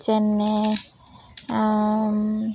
যেনে